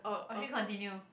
oh actually continue